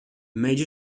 major